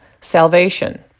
salvation